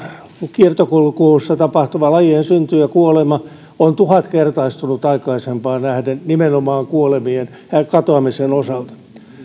kiertokulussa tapahtuva lajien synty ja kuolema ovat tuhatkertaistuneet aikaisempaan nähden nimenomaan katoamisen osalta